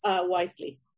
wisely